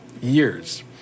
years